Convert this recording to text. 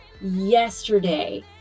yesterday